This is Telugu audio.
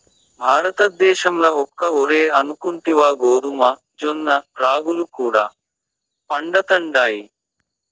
భారతద్దేశంల ఒక్క ఒరే అనుకుంటివా గోధుమ, జొన్న, రాగులు కూడా పండతండాయి